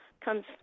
comes